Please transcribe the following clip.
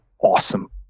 awesome